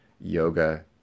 yoga